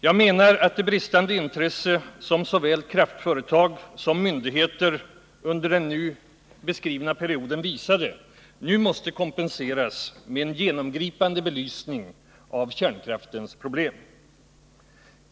Jag menar att det bristande intresse som såväl kraftföretag som myndigheter under den nu beskrivna perioden visade nu måste kompenseras med en genomgripande belysning av kärnkraftens problem.